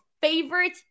favorite